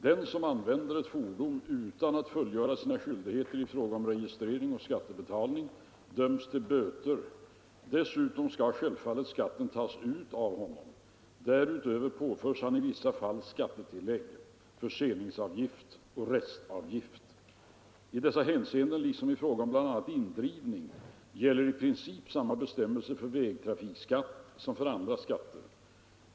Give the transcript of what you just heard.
Den som använder ett fordon utan att fullgöra sina skyldigheter i fråga om registrering och skattebetalning döms till böter. Dessutom skall självfallet skatten tas ut av honom. Därutöver påförs han i vissa fall skattetillägg, förseningsavgift och restavgift. I dessa hänseenden liksom i fråga om bl.a. indrivning gäller i princip samma bestämmelser för vägtrafikskatt som för andra skatter.